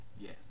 Yes